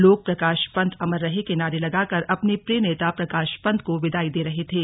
लोग लोग प्रकाश पंत अमर रहे के नारे लगाकर अपने प्रिय नेता प्रकाश पंत को विदाई दे रहे थे